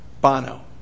Bono